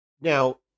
Now